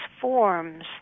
forms